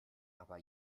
aber